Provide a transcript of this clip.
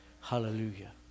Hallelujah